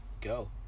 go